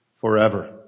forever